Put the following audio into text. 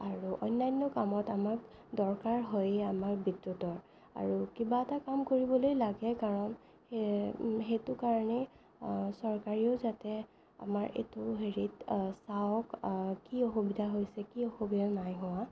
আৰু অন্যান্য কামত আমাক দৰকাৰ হয়ে আমাৰ বিদ্যুতৰ আৰু কিবা এটা কাম কৰিবলৈ লাগে কাৰণ সেইটো কাৰণে চৰকাৰেও যাতে আমাৰ এইটো হেৰিত চাওক কি অসুবিধা হৈছে কি অসুবিধা নাই হোৱা